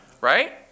Right